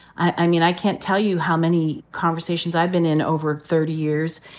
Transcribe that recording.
i mean, i can't tell you how many conversations i've been in over thirty years,